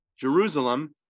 Jerusalem